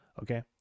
okay